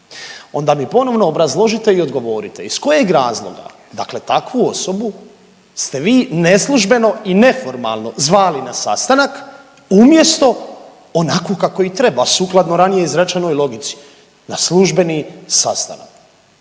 onda mi ponovno obrazložite i odgovorite, iz kojeg razloga, dakle takvu osobu ste vi neslužbeno i neformalno zvali na sastanak umjesto onako kako i treba, sukladno ranije izrečenoj logici na službeni sastanak.